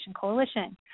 Coalition